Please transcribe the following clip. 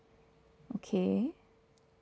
okay